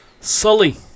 Sully